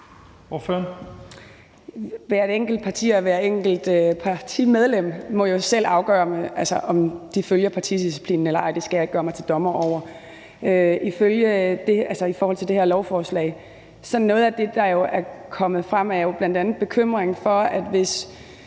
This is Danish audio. Mercado (KF): Hvert enkelt partimedlem må jo selv afgøre, om de følger partidisciplinen eller ej. Det skal jeg ikke gøre mig til dommer over. Ifølge det om lovforslaget vil jeg sige, at noget af det, der er kommet frem, jo bl.a. er bekymringen for, at hvis